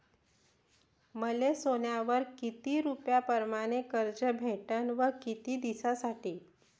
मले सोन्यावर किती रुपया परमाने कर्ज भेटन व किती दिसासाठी?